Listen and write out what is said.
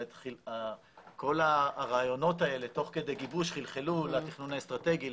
כל הרעיונות האלה תוך כדי גיבוש חלחלו לתכנון האסטרטגי,